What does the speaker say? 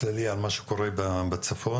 על מה שקורה בצפון,